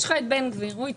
יש לך את בן גביר שהוא יצעק.